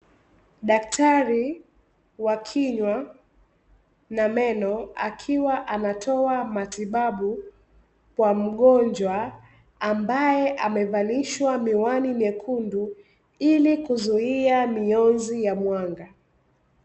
Daktari wa kinywa na meno akiwa anatoa matibabu kwa mgonjwa ambaye amevalishwa miwani nyekundu, ili kuzuia mionzi ya mwanga.